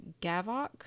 gavok